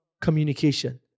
communication